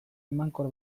emankor